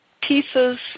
pieces